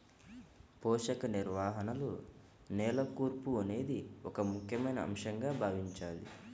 పోషక నిర్వహణలో నేల కూర్పు అనేది ఒక ముఖ్యమైన అంశంగా భావించాలి